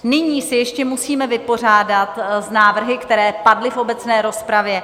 Nyní se ještě musíme vypořádat s návrhy, které padly v obecné rozpravě.